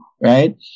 right